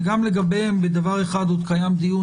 וגם לגביהם בדבר אחד עוד קיים דיון.